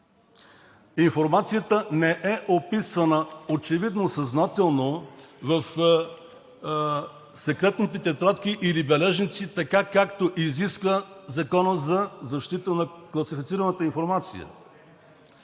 информацията не е описвана, очевидно съзнателно, в секретните тетрадки или бележници, така както изисква Законът за защита на класифицираната информация.